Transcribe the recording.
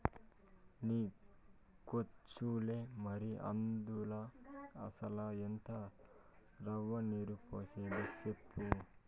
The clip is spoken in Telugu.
నీకొచ్చులే మరి, అందుల అసల ఎంత రవ్వ, నీరు పోసేది సెప్పు